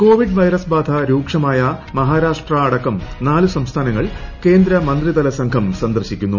Covid virus ബാധ രൂക്ഷമാിയ് മ്ഹാരാഷ്ട്ര അടക്കം നാല് സംസ്ഥാനങ്ങൾ കേന്ദ്ര മന്ത്രിതുല് സ്റ്ഘം സന്ദർശിക്കുന്നു